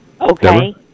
Okay